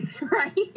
Right